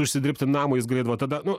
užsidirbti namui jis galėdavo tada nu